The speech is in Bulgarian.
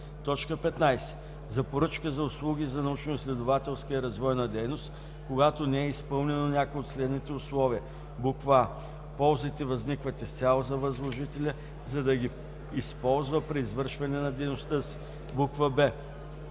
акт; 15. за поръчки за услуги за научноизследователска и развойна дейност, когато не е изпълнено някое от следните условия: а) ползите възникват изцяло за възложителя, за да ги използва при извършване на дейността си; б)